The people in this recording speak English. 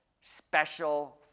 special